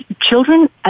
Children